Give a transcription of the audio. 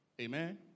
Amen